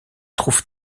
trouve